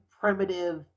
primitive